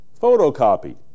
photocopy